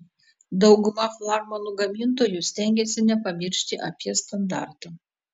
dauguma flagmanų gamintojų stengiasi nepamiršti apie standartą